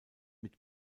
mit